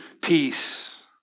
peace